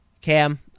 Cam